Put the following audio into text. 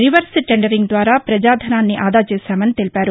reverse tendering ద్వారా ప్రజాధనాన్ని ఆదా చేశామని తెలిపారు